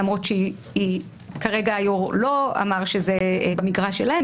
למרות שהיושב-ראש אמר שזה לא במגרש שלהם,